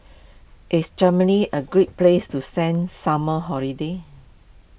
is Germany a great place to sent summer holiday